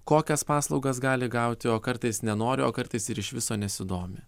kokias paslaugas gali gauti o kartais nenori o kartais ir iš viso nesidomi